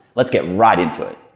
let's get right into it.